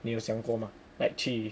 你有想过吗 like 去